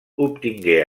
obtingué